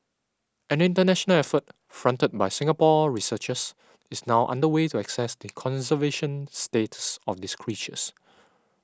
an international effort fronted by Singapore researchers is now under way to assess the conservation status of these creatures